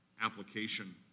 application